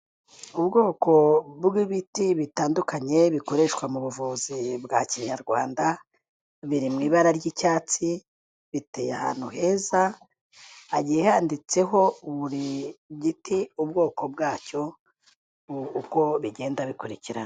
Ubwoko bw'ibiti bitandukanye, bikoreshwa mu buvuzi bwa kinyarwanda, biri mu ibara ry'icyatsi, biteye ahantu heza, hagiye handitseho buri giti ubwoko bwacyo, uko bigenda bikurikirana.